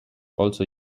also